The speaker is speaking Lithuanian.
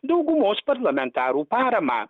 daugumos parlamentarų paramą